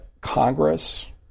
Congress